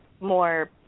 more